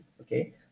okay